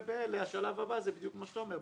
באלה השלב הבא זה באמת כמו שאתה אומר,